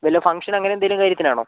വല്ല ഫങ്ഷൻ അങ്ങനെ എന്തെങ്കിലും കാര്യത്തിനാണോ